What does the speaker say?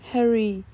?Harry